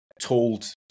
told